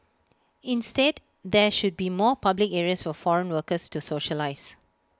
instead there should be more public areas for foreign workers to socialise